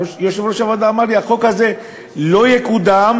יושב-ראש הוועדה אמר לי: החוק הזה לא יקודם,